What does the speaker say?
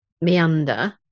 meander